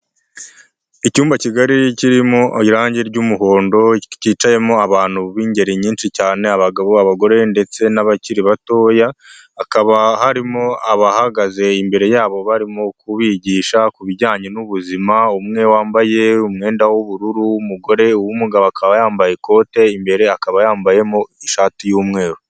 Icyumba kigari kirimo irangi ry'umuhondo, kicayemo abantu b'ingeri nyinshi cyane: abagabo, abagore ndetse n'abakiri batoya. Hakaba harimo abahagaze imbere yabo barimo kubigisha ku bijyanye n'ubuzima. Umwe wambaye umwenda w'ubururu w'umugore, uw'umugabo akaba yambaye ikote, imbere akaba yambayemo ishati y'umweru.